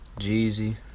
Jeezy